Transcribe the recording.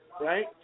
right